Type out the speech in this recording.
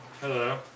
Hello